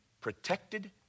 protected